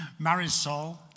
Marisol